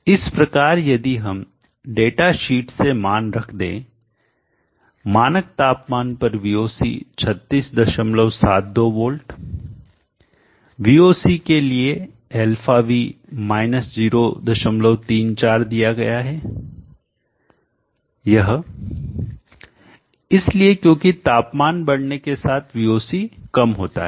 इस प्रकार यदि हम डेटाशीट से मान रख दें मानक तापमान पर VOC 3672 वोल्ट VOC के लिए αv 034 दिया गया है यह इसलिए क्योंकि तापमान बढ़ने के साथ VOC कम होता है